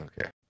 Okay